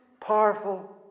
powerful